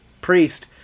priest